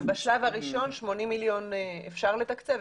אז בשלב הראשון 80 מיליון אפשר לתקצב?